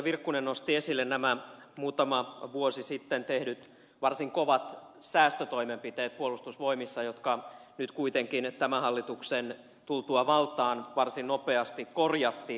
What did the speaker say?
virkkunen nosti esille nämä puolustusvoimissa muutama vuosi sitten tehdyt varsin kovat säästötoimenpiteet jotka nyt kuitenkin tämän hallituksen tultua valtaan varsin nopeasti korjattiin